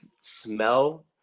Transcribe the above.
smell